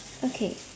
okay